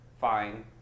Fine